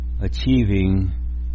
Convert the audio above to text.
achieving